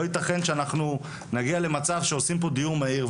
לא יתכן שאנחנו נגיע למצב שעושים פה דיון מהיר,